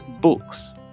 books